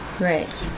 right